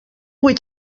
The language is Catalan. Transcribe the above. vuit